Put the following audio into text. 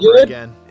again